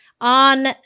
on